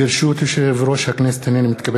אני בטוח שבשם כל חברי הכנסת אני מאחל